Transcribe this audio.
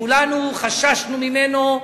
שכולנו חששנו ממנו,